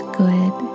good